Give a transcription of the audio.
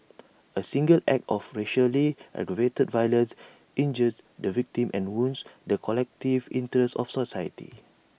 A single act of racially aggravated violence injures the victim and wounds the collective interests of society